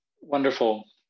Wonderful